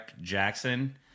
Jackson